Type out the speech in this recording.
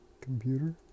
computer